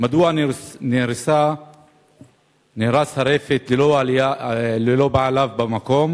2. מדוע נהרסה הרפת כשבעליה אינו במקום?